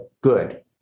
good